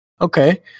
okay